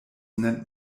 nennt